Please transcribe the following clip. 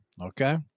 Okay